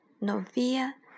novia